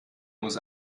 muss